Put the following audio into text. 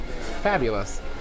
fabulous